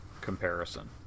comparison